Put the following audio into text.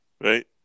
right